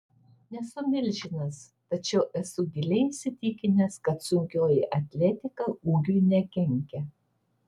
nesu milžinas tačiau esu giliai įsitikinęs kad sunkioji atletika ūgiui nekenkia